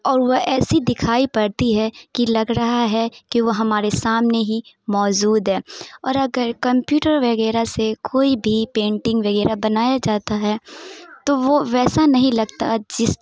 اور وہ ایسی دکھائی پڑتی ہے کہ لگ رہا ہے کہ وہ ہمارے سامنے ہی موجود ہے اور اگر کمپیوٹر وغیرہ سے کوئی بھی پینٹنگ وغیرہ بنایا جاتا ہے تو وہ ویسا نہیں لگتا جس